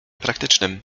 praktycznym